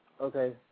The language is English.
Okay